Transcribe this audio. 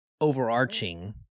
overarching